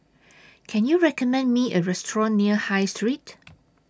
Can YOU recommend Me A Restaurant near High Street